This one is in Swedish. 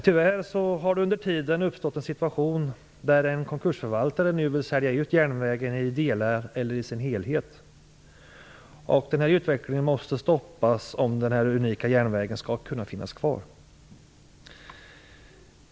Tyvärr har det under tiden uppstått en situation där en konkursförvaltare vill sälja ut järnvägen i delar eller i sin helhet. Den utvecklingen måste stoppas om den här unika järnvägen skall kunna finnas kvar.